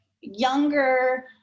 younger